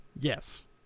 Yes